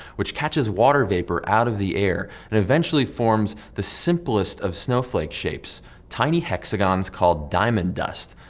which catches water vapor out of the air and eventually forms the simplest of snowflake shapes tiny hexagons called diamond dust.